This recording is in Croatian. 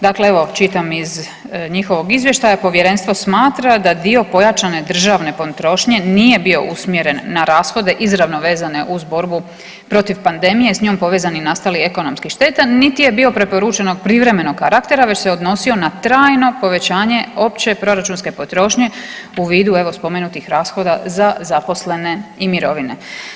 Dakle, evo čitam iz njihovog izvještaja, povjerenstvo smatra da dio pojačane državne potrošnje nije bio usmjeren na rashode izravno vezane uz borbu protiv pandemije i s njom povezanih nastalih ekonomskih šteta niti je bio preporučen od privremenog karaktera već se odnosio na trajno povećanje opće proračunske potrošnje u vidu evo spomenutih rashoda za zaposlene i mirovine.